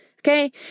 Okay